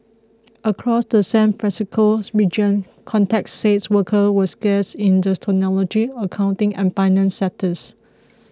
across the San Francisco region contacts said workers were scarce in the technology accounting and finance sectors